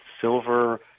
silver